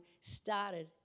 started